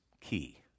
key